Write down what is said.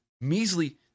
measly